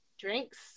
drinks